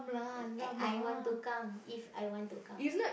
uh I want to come if I want to come